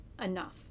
enough